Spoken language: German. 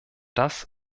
das